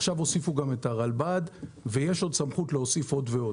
עכשיו הוסיפו גם את הרלב"ד ויש עוד סמכות להוסיף עוד ועוד.